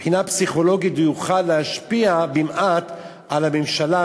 מבחינה פסיכולוגית הוא יוכל להשפיע מעט על הממשלה,